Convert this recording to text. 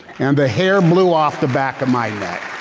and the hair blew off the back of my neck.